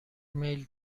میل